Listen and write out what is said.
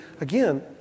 again